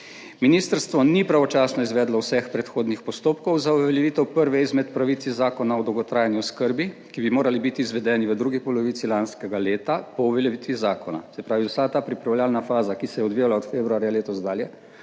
Ministrstvo ni pravočasno izvedlo vseh predhodnih postopkov za uveljavitev prve izmed pravic iz Zakona o dolgotrajni oskrbi, ki bi morali biti izvedeni v drugi polovici lanskega leta po uveljavitvi zakona, se pravi, vsa ta pripravljalna faza, ki se je odvijala od februarja letos dalje